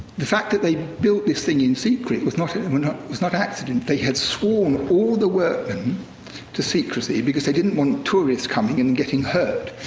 the fact that they built this thing in secret was not, um and was not accident. they had sworn all the workmen to secrecy because they didn't want tourists coming and getting hurt.